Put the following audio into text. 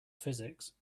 physics